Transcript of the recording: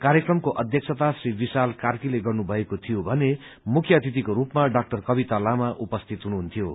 कार्यक्रमको अध्यक्षता श्री विशाल कार्कीले गर्नुभएको थियो भने मुख्य अतिथिको रूपमा डाक्टर कविता लामा उपस्थित हुनुहुन्थ्यो